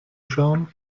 schauen